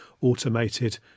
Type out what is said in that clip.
automated